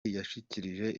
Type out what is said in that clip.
yashikirije